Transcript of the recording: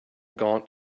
gaunt